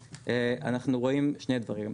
אנחנו רואים שני דברים.